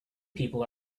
people